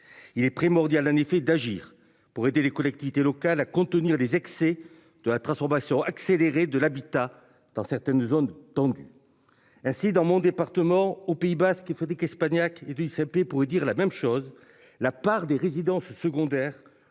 Il est primordial d'un effet d'agir pour aider les collectivités locales à contenir les excès de la transformation accélérée de l'habitat dans certaines zones tendues. Ainsi, dans mon département au Pays basque, il faudrait qu'Espagnac et puis CP pour dire la même chose. La part des résidences secondaires